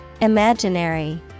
Imaginary